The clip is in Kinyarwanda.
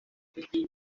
cy’igihugu